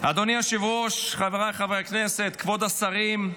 אדוני היושב-ראש, חבריי חברי הכנסת, כבוד השרים,